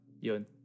yun